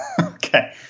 Okay